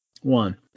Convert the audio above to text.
One